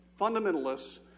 fundamentalists